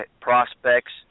prospects